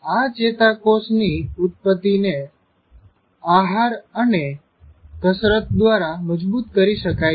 આ ચેતાકોષની ઉત્પત્તી ને આહાર અને કસરત દ્વારા મજબૂત કરી શકાય છે